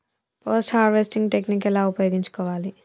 Post harvesting technique ఎలా ఉపయోగించుకోవాలి?